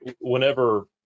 Whenever